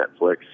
Netflix